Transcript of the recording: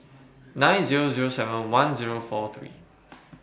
nine Zero Zero seven one Zero four three